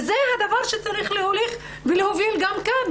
זה הדבר שצריך להוליך ולהוביל גם כאן.